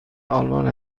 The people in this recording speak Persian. آلمان